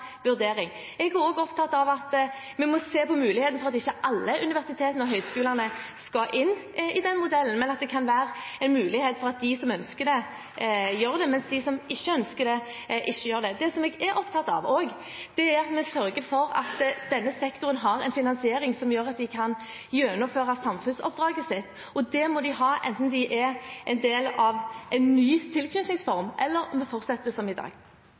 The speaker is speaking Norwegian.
vurdering. Jeg er også opptatt av at vi må se på mulighetene for at ikke alle universitetene og høyskolene skal inn i den modellen, men at det kan være en mulighet for at de som ønsker det, gjør det, mens de som ikke ønsker det, ikke gjør det. Det som jeg også er opptatt av, er at vi sørger for at denne sektoren har en finansiering som gjør at de kan gjennomføre samfunnsoppdraget sitt. Det må de ha enten de er en del av en ny tilknytningsform eller det fortsetter som i dag.